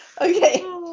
Okay